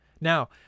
Now